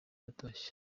yatashye